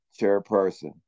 chairperson